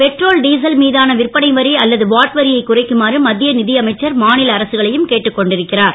petrol diesel மீதான விற்பனை வரி அல்லது வாட் வரியை குறைக்குமாறு மத்திய நிதி அமைச்சர் மாநில அரசுகளையும் கேட்டுக் கொண்டிருக்கிறார்